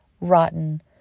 rotten